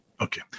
Okay